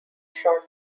shot